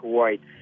White